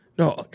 No